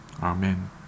Amen